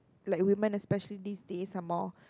like women especially these days are more